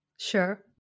Sure